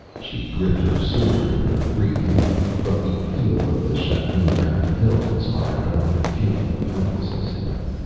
she gripped her sword in her free hand, but the feel of the shagreen-bound hilt inspired only a feeling of helplessness in her.